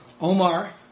Omar